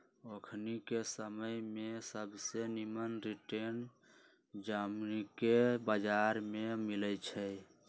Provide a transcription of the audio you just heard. अखनिके समय में सबसे निम्मन रिटर्न जामिनके बजार में मिलइ छै